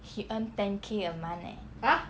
he earn ten K a month eh